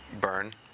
burn